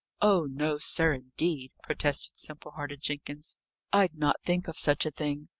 oh no, sir, indeed, protested simple-hearted jenkins i'd not think of such a thing.